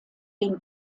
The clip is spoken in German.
den